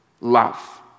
love